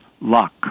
luck